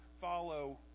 follow